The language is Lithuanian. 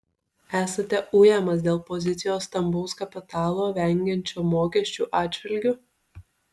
esate ujamas dėl pozicijos stambaus kapitalo vengiančio mokesčių atžvilgiu